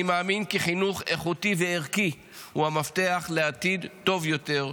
אני מאמין כי חינוך איכותי וערכי הוא המפתח לעתיד טוב יותר,